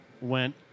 went